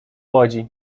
łodzi